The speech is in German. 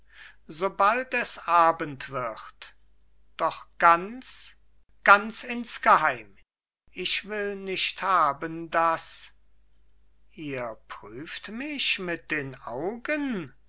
sobald es abend wird doch ganz ganz insgeheim ich will nicht haben daß ihr prüft mich mit den augen